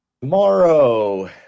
Tomorrow